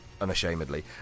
unashamedly